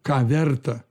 ką verta